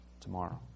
tomorrow